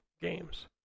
games